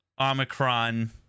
Omicron